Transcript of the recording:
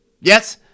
Yes